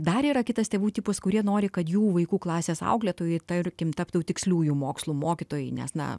dar yra kitas tėvų tipas kurie nori kad jų vaikų klasės auklėtoju tarkim taptų tiksliųjų mokslų mokytojai nes na